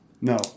No